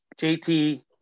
JT